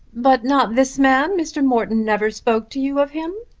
but not this man? mr. morton never spoke to you of him.